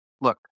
look